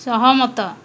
ସହମତ